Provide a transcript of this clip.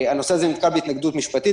הנושא הזה נתקל בהתנגדות משפטית,